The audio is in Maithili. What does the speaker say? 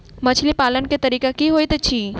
मछली पालन केँ तरीका की होइत अछि?